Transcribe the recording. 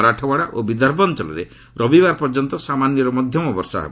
ମାରାଠାୱାଡ଼ା ଓ ବିଦର୍ଭ ଅଞ୍ଚଳରେ ରବିବାର ପର୍ଯ୍ୟନ୍ତ ସାମାନ୍ୟରୁ ମଧ୍ୟମ ବର୍ଷା ହେବ